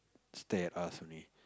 stare at us only